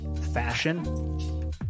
fashion